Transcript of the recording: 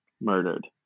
murdered